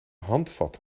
handvat